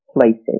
places